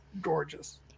gorgeous